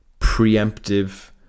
preemptive